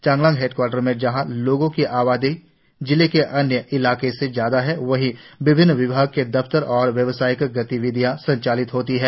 Changlang headquarter में जहां लोगों की आवादी जिले के अन्य दूसरे इलाकों से ज्यादा है वहीं विभिन्न विभागों के दफ्तर और व्यवसायिक गतिविधियां संचाळित होती है